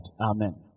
Amen